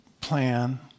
plan